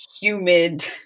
humid